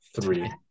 Three